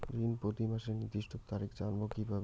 ঋণ প্রতিমাসের নির্দিষ্ট তারিখ জানবো কিভাবে?